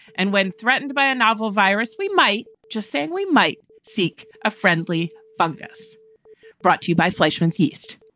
and when threatened by a novel virus, we might just saying we might seek a friendly fungus brought to you by fleischman's yeast.